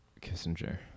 kissinger